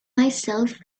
myself